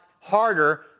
harder